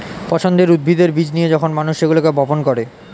পছন্দের উদ্ভিদের বীজ নিয়ে যখন মানুষ সেগুলোকে বপন করে